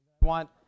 want